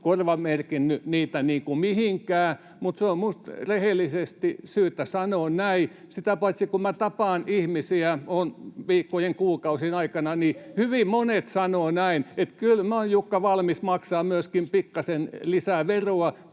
korvamerkinnyt niitä mihinkään, mutta minusta on syytä rehellisesti sanoa näin. Sitä paitsi, kun tapaan ihmisiä, olen tavannut viikkojen, kuukausien aikana, hyvin monet sanovat näin, että kyllä minä olen, Jukka, valmis maksamaan myöskin pikkasen lisää veroa,